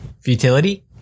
Futility